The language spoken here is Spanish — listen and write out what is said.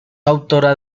autora